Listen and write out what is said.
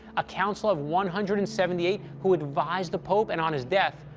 a council of one hundred and seventy eight who advise the pope and, on his death,